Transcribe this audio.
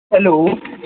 hello